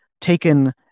taken